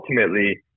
ultimately